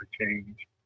change